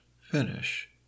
finish